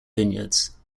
vineyards